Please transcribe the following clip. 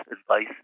advice